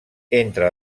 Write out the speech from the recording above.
entre